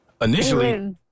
Initially